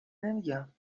نمیگم